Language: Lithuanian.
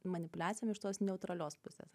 manipuliacijom iš tos neutralios pusės